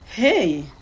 Hey